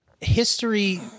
History